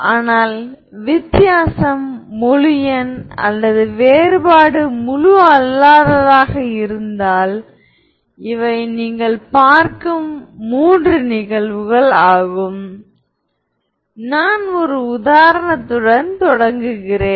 V என்பது complex eigen vector என்று வைத்துக்கொள்வோம்